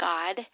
God